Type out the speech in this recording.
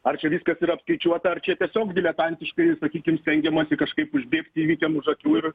ar čia viskas yra apskaičiuota ar čia tiesiog diletantiškai sakykim stengiamasi kažkaip užbėgti įvykiam už akių ir